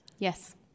Yes